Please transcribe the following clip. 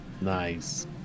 Nice